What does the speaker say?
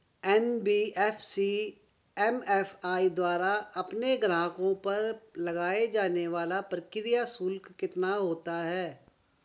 NBFC MFI द्वारा अपने ग्राहकों पर लगाए जाने वाला प्रक्रिया शुल्क कितना होता है?